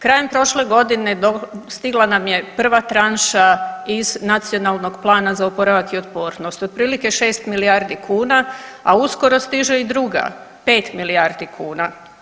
Krajem prošle godine stigla nam je prva tranša iz Nacionalnog plana za oporavak i otpornost, otprilike 6 milijardi kuna, a uskoro stiže i druga 5 milijardi kuna.